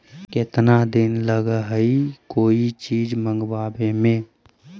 केतना दिन लगहइ कोई चीज मँगवावे में?